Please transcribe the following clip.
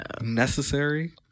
necessary